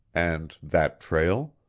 and that trail?